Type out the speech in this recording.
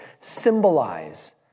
symbolize